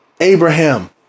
abraham